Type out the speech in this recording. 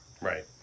Right